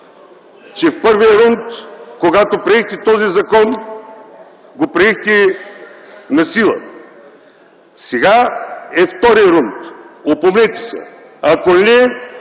че в първия рунд, когато приехте този закон, го приехте насила. Сега е втори рунд, опомнете се. Ако ли